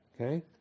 Okay